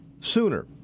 sooner